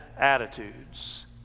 attitudes